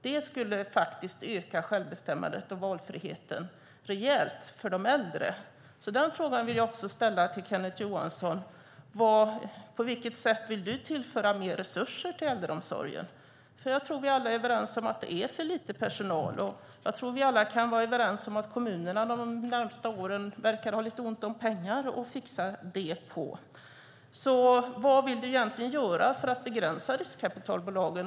Det skulle öka självbestämmandet och valfriheten rejält för de äldre. Jag vill ställa den här frågan till Kenneth Johansson: På vilket sätt vill du tillföra mer resurser till äldreomsorgen? Jag tror att vi alla är överens om att det är för lite personal. Jag tror också att vi alla kan vara överens om att kommunerna verkar ha lite ont om pengar för att fixa detta de närmaste åren. Vad vill du egentligen göra för att begränsa riskkapitalbolagen?